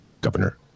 governor